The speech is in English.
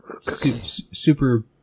super